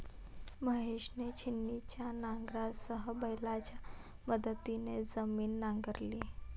महेशने छिन्नीच्या नांगरासह बैलांच्या मदतीने जमीन नांगरली